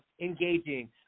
engaging